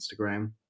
instagram